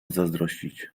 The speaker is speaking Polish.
zazdrościć